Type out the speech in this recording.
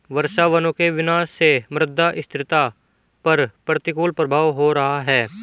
वर्षावनों के विनाश से मृदा स्थिरता पर प्रतिकूल प्रभाव हो रहा है